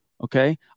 okay